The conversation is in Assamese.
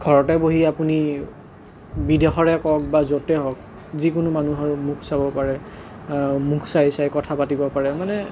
ঘৰতে বহি আপুনি বিদেশৰে কওক বা য'তে হওক যিকোনো মানুহৰ মুখ চাব পাৰে মুখ চাই চাই কথা পাতিব পাৰে মানে